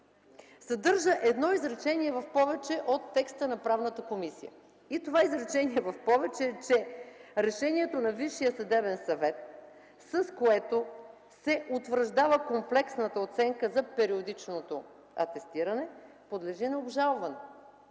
съдържа едно изречение в повече от текста на Правната комисия и това изречение в повече е, че решението на Висшия съдебен съвет, с което се утвърждава комплексната оценка за периодичното атестиране, подлежи на обжалване.